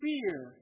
fear